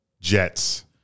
Jets